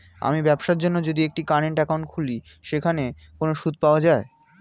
আমি ব্যবসার জন্য যদি একটি কারেন্ট একাউন্ট খুলি সেখানে কোনো সুদ পাওয়া যায়?